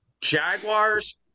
Jaguars